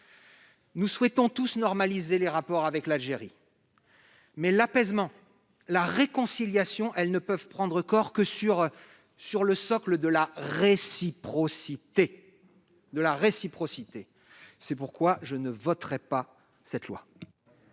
Nous souhaitons tous normaliser les rapports avec l'Algérie. Mais l'apaisement et la réconciliation ne peuvent prendre corps que sur le socle de la réciprocité. C'est pourquoi je ne voterai pas cette loi.